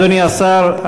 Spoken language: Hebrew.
אדוני השר,